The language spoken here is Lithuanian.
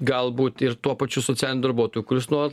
galbūt ir tuo pačiu socialiniu darbuotoju kuris nuolat